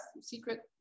secret